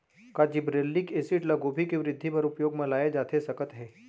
का gibberellic acid ल गोभी के वृद्धि बर उपयोग म लाये जाथे सकत हे?